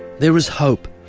there is hope.